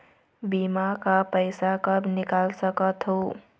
बीमा का पैसा कब निकाल सकत हो?